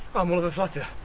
i'm all of a flutter.